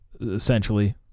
essentially